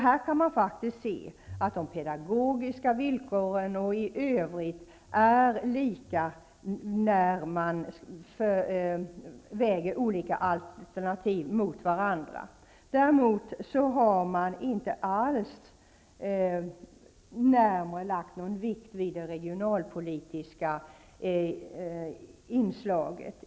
Här kan man faktiskt se att de pedagogiska villkoren och förhållandena i övrigt är lika när man väger olika alternativ mot varandra. Däremot har man inte alls lagt någon särskild vikt vid det regionalpolitiska inslaget.